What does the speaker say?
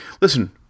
listen